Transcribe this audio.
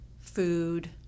food